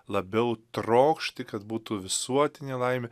labiau trokšti kad būtų visuotinė laimė